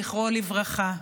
זכרו לברכה.